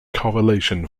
correlation